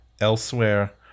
elsewhere